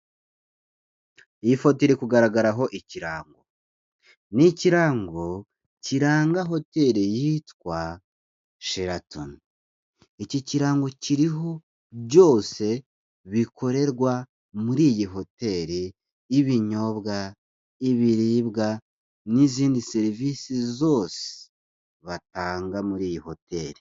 Iyi foto iri kugaragaraho ikirango ni ikiranga hoteli yitwa Sheratoni, iki kirango kiriho byose bikorerwa muri iyi hoteli y'ibinyobwa, ibiribwa n'izindi serivisi zose batanga muri iyi hoteli.